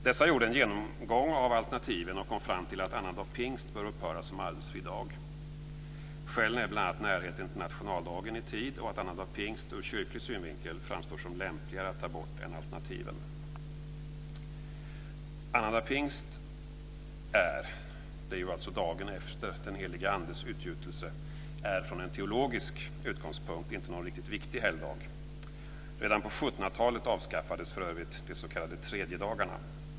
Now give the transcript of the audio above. Dessa gjorde en genomgång av alternativen och kom fram till att annandag pingst bör upphöra som arbetsfri dag. Skälen är bl.a. närheten till nationaldagen i tid och att annandag pingst ur kyrklig synvinkel framstår som lämpligare att ta bort än alternativen. Annandag pingst - dagen efter den helige andes utgjutelse - är från en teologisk utgångspunkt inte någon riktigt viktig helgdag. Redan på 1700-talet avskaffades för övrigt de s.k. tredjedagarna.